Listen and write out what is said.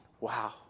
wow